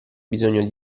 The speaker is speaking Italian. bisogno